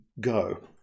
go